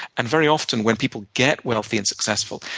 and very often, when people get wealthy and successful,